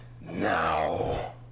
Now